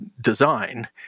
design